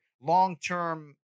long-term